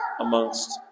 amongst